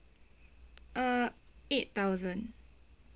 uh eight thousand